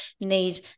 need